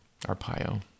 Arpaio